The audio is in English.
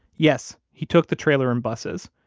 yes, he took the trailer and buses,